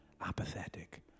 apathetic